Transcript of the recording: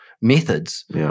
methods